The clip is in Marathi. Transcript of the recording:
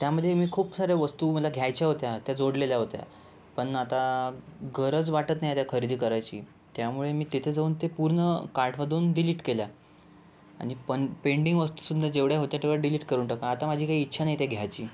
त्यामध्ये मी खूप साऱ्या वस्तू मला घ्यायच्या होत्या त्या जोडलेल्या होत्या पण आता गरज वाटत नाही त्या खरेदी करायची त्यामुळे मी तेथे जाऊन ते पूर्ण कार्टमधून डिलीट केल्या आणि पन् पेंडींग वस्तूसुद्धा जेवढ्या होत्या तेवढ्या डिलीट करून टाक आता माझी काही इच्छा नाही त्या घ्यायची